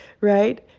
right